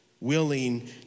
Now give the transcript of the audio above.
willing